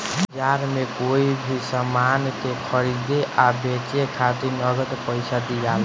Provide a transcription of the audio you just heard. बाजार में कोई भी सामान के खरीदे आ बेचे खातिर नगद पइसा दियाला